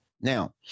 Now